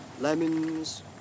lemons